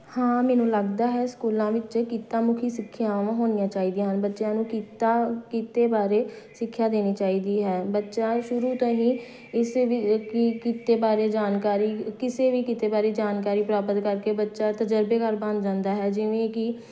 ਹਾਂ ਮੈਨੂੰ ਲੱਗਦਾ ਹੈ ਸਕੂਲਾਂ ਵਿੱਚ ਕਿੱਤਾ ਮੁਖੀ ਸਿੱਖਿਆਵਾਂ ਹੋਣੀਆਂ ਚਾਹੀਦੀਆਂ ਹਨ ਬੱਚਿਆਂ ਨੂੰ ਕਿੱਤਾ ਕਿੱਤੇ ਬਾਰੇ ਸਿੱਖਿਆ ਦੇਣੀ ਚਾਹੀਦੀ ਹੈ ਬੱਚਾ ਸ਼ੁਰੂ ਤੋਂ ਹੀ ਇਸੇ ਵੀ ਕਿ ਕਿੱਤੇ ਬਾਰੇ ਜਾਣਕਾਰੀ ਕਿਸੇ ਵੀ ਕਿੱਤੇ ਬਾਰੇ ਜਾਣਕਾਰੀ ਪ੍ਰਾਪਤ ਕਰਕੇ ਬੱਚਾ ਤਜ਼ਰਬੇਕਾਰ ਬਣ ਜਾਂਦਾ ਹੈ ਜਿਵੇਂ ਕਿ